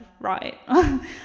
right